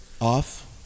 off